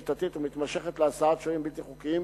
שיטתית ומתמשכת להסעת שוהים בלתי חוקיים